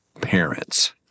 parents